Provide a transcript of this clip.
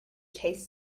taste